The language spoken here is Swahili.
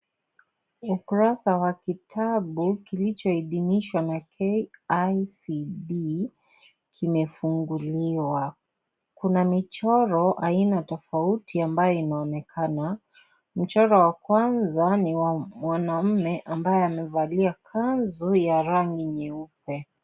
Ukurasa wa kitabu kilichohidhimishwa na KICD kimefunguliwa kuna michoro aina tofauti ambayo inaonekana mchoro wa kwanza ni wa mwanaume ambaye amevalia kazu ya rangi ya nyeupe.